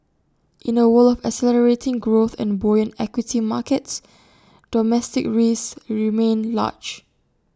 in A world of accelerating growth and buoyant equity markets domestic risks remain large